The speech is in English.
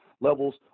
levels